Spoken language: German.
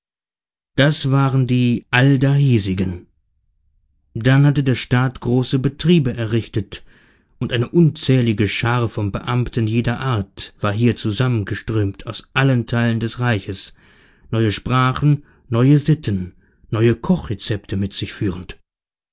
das waren die alldahiesigen dann hatte der staat große betriebe errichtet und eine unzählige schar von beamten jeder art war hier zusammengeströmt aus allen teilen des reiches neue sprachen neue sitten neue kochrezepte mit sich führend